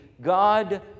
God